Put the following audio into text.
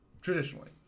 Traditionally